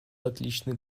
отличный